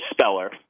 speller